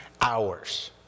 hours